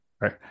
right